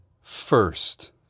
first